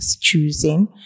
choosing